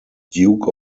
duke